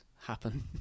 happen